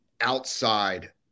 outside